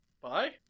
Bye